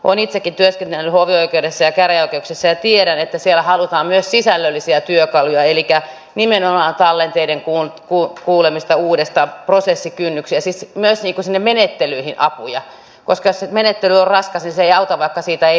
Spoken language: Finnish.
olen itsekin työskennellyt hovioikeudessa ja käräjäoikeuksissa ja tiedän että siellä halutaan myös sisällöllisiä työkaluja elikkä nimenomaan tallenteiden kuulemista uudestaan prosessikynnyksiä siis myös sinne menettelyihin apuja koska se menettely on raskas ja se ei auta vaikka siitä ei saisi valittaa